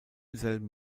selben